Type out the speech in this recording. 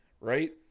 right